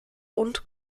und